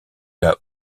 cas